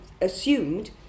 assumed